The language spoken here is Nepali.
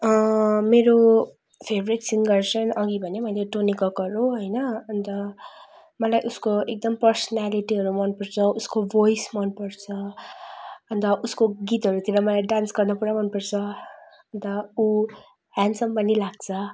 मेरो फेभरेट सिङ्गर चाहिँ अघि भने मैले टोनी कक्कड हो होइन अन्त मलाई उसको एकदम पर्सनालिटीहरू मन पर्छ उसको भोइस मन पर्छ अन्त उसको गीतहरूतिर मलाई डान्स गर्न पुरा मन पर्छ अन्त ऊ ह्यान्डसम पनि लाग्छ